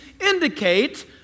indicate